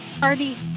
Party